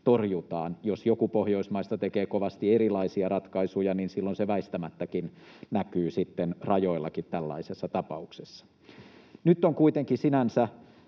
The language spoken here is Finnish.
torjutaan. Jos joku Pohjoismaista tekee kovasti erilaisia ratkaisuja, niin silloin se väistämättäkin näkyy sitten rajoillakin tällaisessa tapauksessa. Nyt on kuitenkin sinänsä